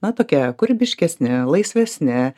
na tokia kūrybiškesni laisvesni